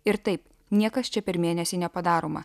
ir taip niekas čia per mėnesį nepadaroma